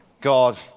God